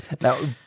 Now